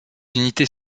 unités